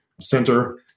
center